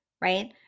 right